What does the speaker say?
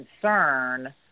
concern